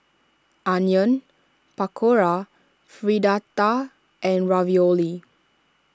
Onion Pakora Fritada and Ravioli